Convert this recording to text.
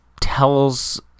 tells